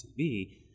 TV